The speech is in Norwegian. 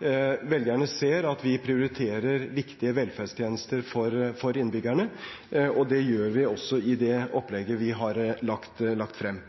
Velgerne ser at vi prioriterer viktige velferdstjenester for innbyggerne. Det gjør vi også i det opplegget vi har lagt frem.